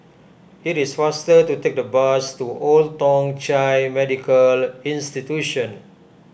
it is faster to take the bus to Old Thong Chai Medical Institution